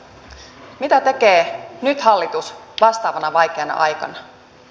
mitä tekee nyt hallitus vastaavana vaikeana aikana